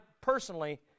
personally